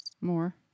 More